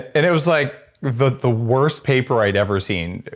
and it was like the the worst paper i'd ever seen.